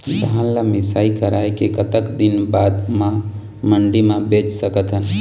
धान ला मिसाई कराए के कतक दिन बाद मा मंडी मा बेच सकथन?